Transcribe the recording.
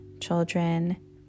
children